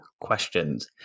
questions